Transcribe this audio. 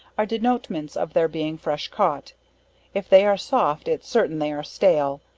are denotements of their being fresh caught if they are soft, its certain they are stale,